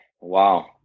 wow